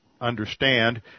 understand